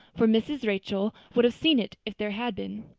for mrs. rachel would have seen it if there had been.